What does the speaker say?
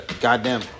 goddamn